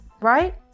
right